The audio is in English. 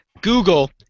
Google